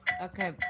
Okay